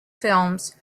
films